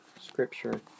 scripture